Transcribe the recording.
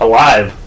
Alive